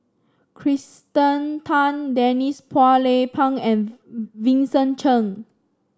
Kirsten Tan Denise Phua Lay Peng and Vincent Cheng